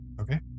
Okay